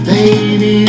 Baby